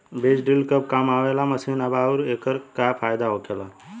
बीज ड्रील कब काम आवे वाला मशीन बा आऊर एकर का फायदा होखेला?